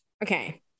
Okay